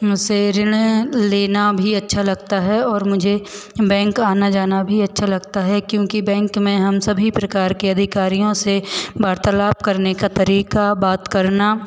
से ऋण लेना भी अच्छा लगता है और मुझे बैंक आना जाना भी अच्छा लगता है क्योंकि बैंक में हम सभी प्रकार के अधिकारियों से वार्तालाप करने का तरीका बात करना